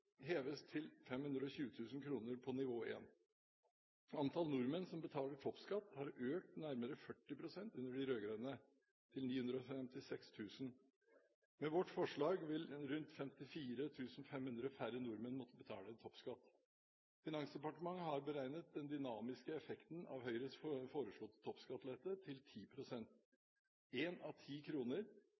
heves til 520 000 kr på nivå 1. Antall nordmenn som betaler toppskatt, har økt med nærmere 40 pst. under de rød-grønne, til 956 000. Med vårt forslag vil rundt 54 500 færre nordmenn måtte betale toppskatt. Finansdepartementet har beregnet den dynamiske effekten av Høyres foreslåtte toppskattelette til 10 pst. Én av ti kroner